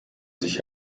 sich